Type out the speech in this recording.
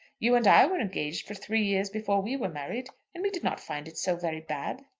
you and i were engaged for three years before we were married, and we did not find it so very bad.